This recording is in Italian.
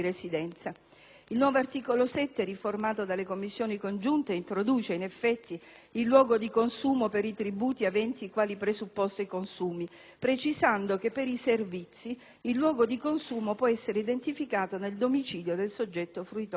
Il nuovo articolo 7, riformato dalle Commissioni riunite, introduce in effetti il luogo di consumo per i tributi aventi quale presupposto i consumi, precisando che per i servizi il luogo di consumo può essere identificato nel domicilio del soggetto fruitore finale.